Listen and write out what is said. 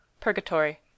purgatory